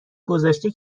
گذاشته